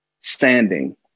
standing